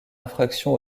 infraction